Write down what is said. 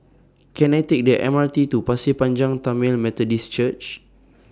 Can I Take The M R T to Pasir Panjang Tamil Methodist Church